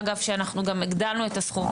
אגב שאנחנו גם הגדלנו את הסכום,